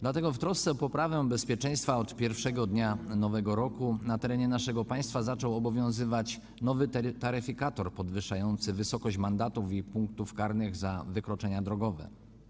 Dlatego w trosce o poprawę bezpieczeństwa od pierwszego dnia nowego roku na terenie naszego państwa zaczął obowiązywać nowy taryfikator podwyższający wysokość mandatów i punktów karnych za wykroczenia drogowe.